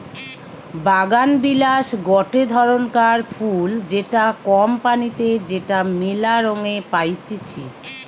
বাগানবিলাস গটে ধরণকার ফুল যেটা কম পানিতে যেটা মেলা রঙে পাইতিছি